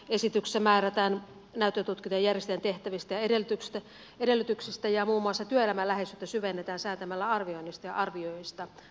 esityksessä määrätään näyttötutkintojen järjestäjän tehtävistä ja edellytyksistä ja muun muassa työelämän läheisyyttä syvennetään säätämällä arvioinnista ja arvioijista tarkemmin